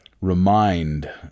remind